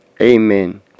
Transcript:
Amen